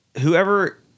whoever